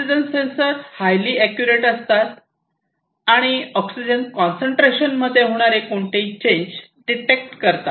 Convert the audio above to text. oxygen sensor highly accurate असतात आणि oxygen concentration मध्ये होणारे कोणतेही चेंज डिटेक्ट करतात